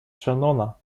шеннона